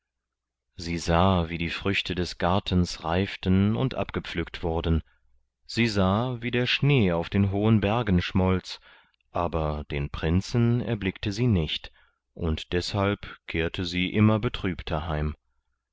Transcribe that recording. sie sah wie die früchte des gartens reiften und abgepflückt wurden sie sah wie der schnee auf den hohen bergen schmolz aber den prinzen erblickte sie nicht und deshalb kehrte sie immer betrübter heim